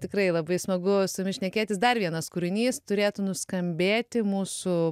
tikrai labai smagu su jumis šnekėtis dar vienas kūrinys turėtų nuskambėti mūsų